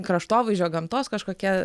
kraštovaizdžio gamtos kažkokie